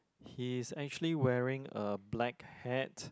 he's actually wearing a black hat